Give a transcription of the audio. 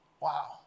Wow